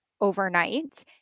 overnight